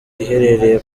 iherereye